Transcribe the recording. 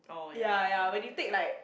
ya ya when you take like